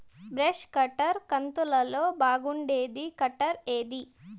Brush cutter కంతులలో బాగుండేది cutter ఏది?